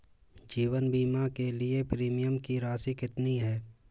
जीवन बीमा के लिए प्रीमियम की राशि कितनी है?